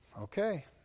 okay